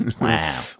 Wow